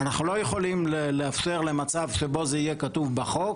אנחנו לא יכולים לאפשר למצב שבו זה יהיה כתוב בחוק,